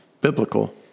biblical